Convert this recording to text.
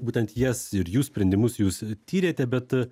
būtent jas ir jų sprendimus jūs tyrėte bet